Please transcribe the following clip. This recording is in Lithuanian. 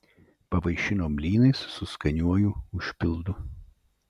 pavaišino blynais su skaniuoju užpildu